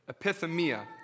epithemia